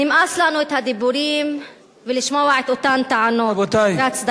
נמאס לנו מהדיבורים, לשמוע את אותן טענות והצדקות.